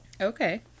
Okay